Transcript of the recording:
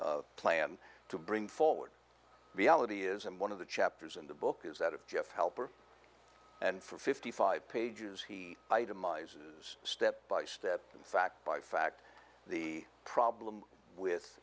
plan to bring forward reality isn't one of the chapters in the book is that of jeff helper and for fifty five pages he itemizes step by step in fact by fact the problem with